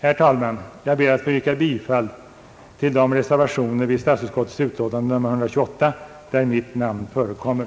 Herr talman! Jag ber att senare få återkomma med yrkanden om bifall till de reservationer vid statsutskottets utlåtande nr 128 där mitt namn förekommer.